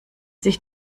sich